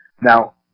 Now